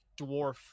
dwarf